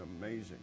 Amazing